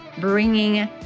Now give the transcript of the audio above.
bringing